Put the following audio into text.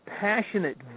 passionate